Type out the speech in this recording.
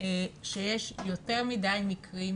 שיש יותר מדי מקרים